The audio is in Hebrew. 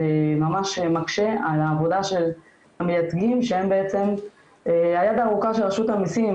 זה ממש מקשה על העבודה של המייצגים שהם בעצם היד הארוכה של רשות המסים,